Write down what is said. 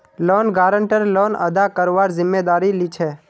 loan guarantor loan अदा करवार जिम्मेदारी लीछे